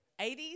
80s